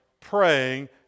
praying